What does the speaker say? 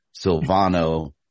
Silvano